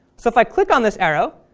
so if i click on this arrow,